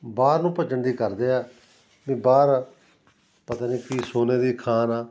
ਬਾਹਰ ਨੂੰ ਭੱਜਣ ਦੀ ਕਰਦੇ ਆ ਵੀ ਬਾਹਰ ਪਤਾ ਨਹੀਂ ਕੀ ਸੋਨੇ ਦੀ ਖਾਣ ਆ